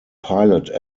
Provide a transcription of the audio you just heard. pilot